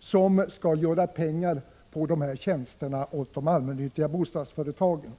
som får tjäna pengar på tjänsterna åt de allmännyttiga bostadsföretagen.